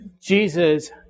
Jesus